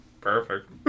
perfect